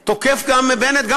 בנט,